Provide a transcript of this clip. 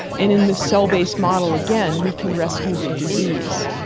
and in the cell-based model again we can rescue the disease.